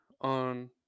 on